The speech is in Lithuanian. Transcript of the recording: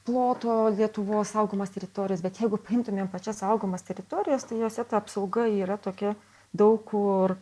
ploto lietuvos saugomos teritorijos bet jeigu paimtumėm pačias saugomas teritorijas tai jose apsauga yra tokia daug kur